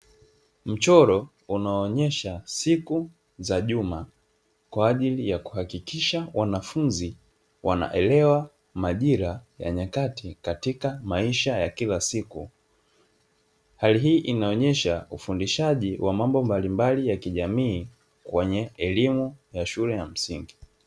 Mchoro unaonyesha siku za juma kwa ajili ya kuhakikisha wanafunzi wanaelewa majira ya nyakati katika maisha ya kila siku, hali hii inaonyesha ufundishaji wa mambo mbalimbali ya kijamii kwenye elimu ya shule ya msingi.